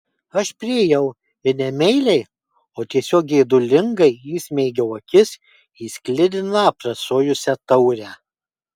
aš priėjau ir ne meiliai o tiesiog geidulingai įsmeigiau akis į sklidiną aprasojusią taurę